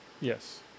Yes